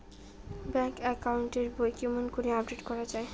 Bank account এর বই কেমন করি আপডেট করা য়ায়?